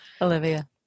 olivia